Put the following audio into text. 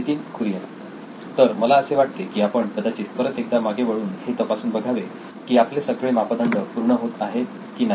नितीन कुरियन तर मला असे वाटते की आपण कदाचित परत एकदा मागे वळून हे तपासून बघावे की आपले सगळे मापदंड पूर्ण होत आहेत की नाही